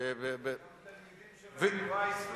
וגם תלמידים של התנועה האסלאמית,